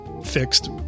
fixed